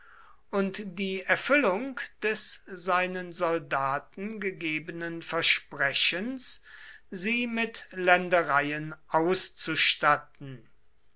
und die erfüllung des seinen soldaten gegebenen versprechens sie mit ländereien auszustatten